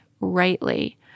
rightly